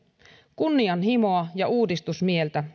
kunnianhimoa ja uudistusmieltä